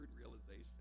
realization